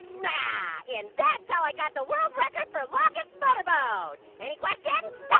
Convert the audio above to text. yeah and that's how i got the world record for longest motorboat. any questions?